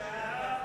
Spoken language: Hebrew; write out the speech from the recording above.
מי נגד?